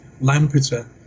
Lampeter